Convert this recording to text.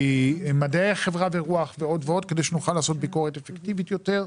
ממדעי החברה ורוח ועוד ועוד כדי שנוכל לעשות ביקורת אפקטיבית יותר.